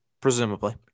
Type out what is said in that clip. Presumably